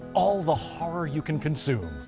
all the horror you can consume.